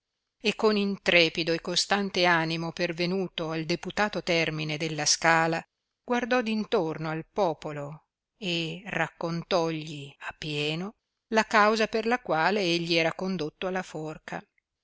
e con intrepido e costante animo pervenuto al deputato termine della scala guardò d intorno al popolo e raccontógli a pieno la causa per la quale egli era condotto alla forca